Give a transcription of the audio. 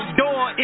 door